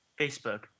Facebook